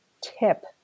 tip